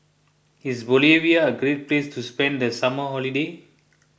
is Bolivia a great place to spend the summer holiday